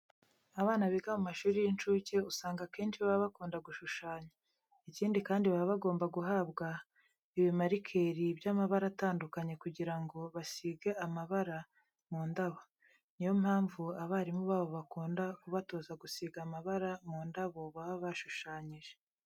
Abana biga mu mashuri y'incuke usanga akenshi baba bakunda gushushanya. Ikindi kandi baba bagomba guhabwa ibimarikeri by'amabara atandukanye kugira ngo basige amabara mu ndabo. Ni yo mpamvu abarimu babo bakunda kubatoza gusiga amabara mu ndabo baba bashushanyije.